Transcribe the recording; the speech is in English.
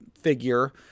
figure